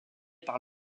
par